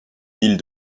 ville